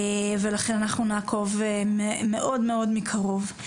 ולכן אנחנו נעקוב מאוד מאוד מקרוב.